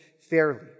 fairly